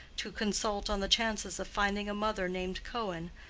to consult on the chances of finding a mother named cohen,